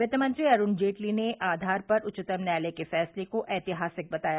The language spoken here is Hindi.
वित्तमंत्री अरुण जेटली ने आधार पर उच्चतम न्यायालय के फैसले को ऐतिहासिक बताया